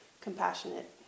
compassionate